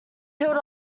peeled